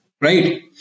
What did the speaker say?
right